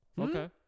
Okay